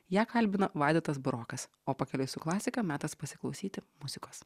ją kalbino vaidotas burokas o pakeliui su klasika metas pasiklausyti muzikos